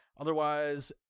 Otherwise